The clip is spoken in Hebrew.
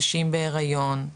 נשים בהריון,